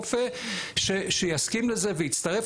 רופא שיסכים לזה ויצטרף,